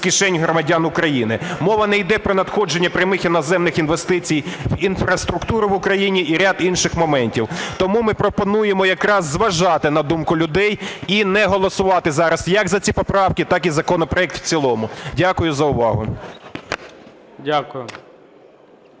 Дякую за увагу.